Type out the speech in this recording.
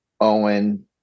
Owen